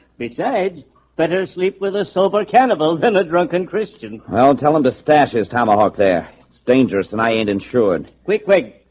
he said better sleep with a sober cannibal than a drunken christian. i don't tell him the stashes tomahawk there it's dangerous and i ain't insured quick quick.